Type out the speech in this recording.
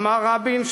אמר רבין,